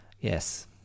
yes